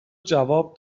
جواب